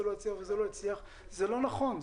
לא הצליח וזה לא הצליח זה לא נכון.